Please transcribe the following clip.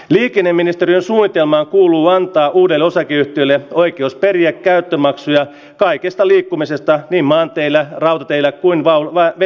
liikenneministeriö sanoi tämä kuuluu antaa uudelle osakeyhtiölle oikeus periä käyttömaksuja kaikesta liikkumisesta ei maanteillä rautateillä kuin vauva ei